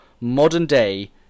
modern-day